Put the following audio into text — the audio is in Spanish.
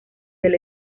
del